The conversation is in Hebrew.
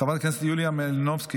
חברת הכנסת יוליה מלינובסקי,